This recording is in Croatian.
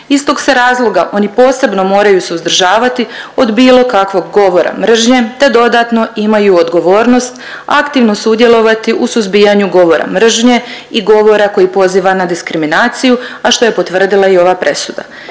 Iz tog se razloga oni posebno moraju suzdržavati od bilo kakvog govora mržnje te dodatno imaju odgovornost aktivno sudjelovati u suzbijanju govora mržnje i govora koji poziva na diskriminaciju, a što je potvrdila i ova presuda.